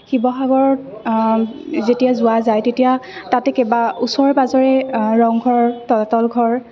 শিৱসাগৰত যেতিয়া যোৱা যায় তেতিয়া তাতে কেইবা ওচৰে পাঁজৰে ৰংঘৰ তলাতল ঘৰ